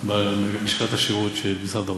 בלשכת השירות של משרד האוצר,